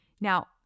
Now